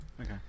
Okay